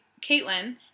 Caitlin